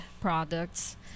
products